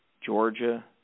georgia